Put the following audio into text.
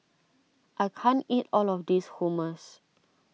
I can't eat all of this Hummus